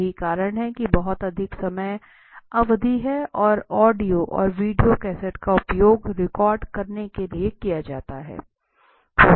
यही कारण है कि बहुत अधिक समय अवधि है और ऑडियो और वीडियो कैसेट का उपयोग रिकॉर्ड करने के लिए किया जाता है